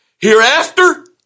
Hereafter